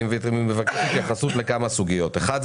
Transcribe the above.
אבקש התייחסות לכמה סוגיות אחד,